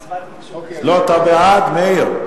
הצבעתי, לא, אתה בעד, מאיר.